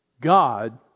God